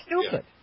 stupid